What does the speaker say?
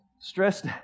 stressed